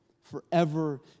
forever